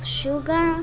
sugar